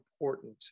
important